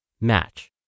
match